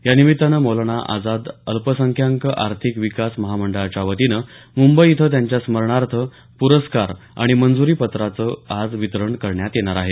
या निमित्तानं मौलाना आझाद अल्पसंख्याक आर्थिक विकास महामंडळाच्या वतीनं मुंबई इथं त्यांच्या स्मरणार्थ प्रस्कार आणि मंज्री पत्रांचं आज वितरण करण्यात येणार आहे